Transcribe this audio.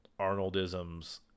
Arnoldisms